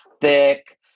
thick